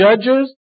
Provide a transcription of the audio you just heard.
judges